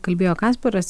kalbėjo kasparas